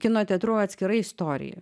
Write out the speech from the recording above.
kino teatru atskira istorija